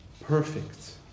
perfect